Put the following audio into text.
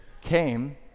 came